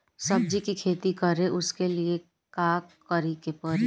सब्जी की खेती करें उसके लिए का करिके पड़ी?